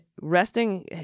resting